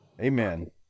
Amen